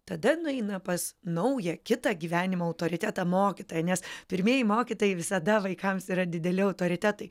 tada nueina pas naują kitą gyvenimo autoritetą mokytoją nes pirmieji mokytojai visada vaikams yra dideli autoritetai